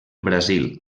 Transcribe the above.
brasil